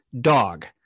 Dog